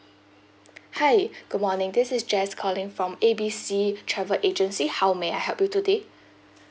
hi good morning this is jess calling from A B C travel agency how may I help you today